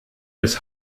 des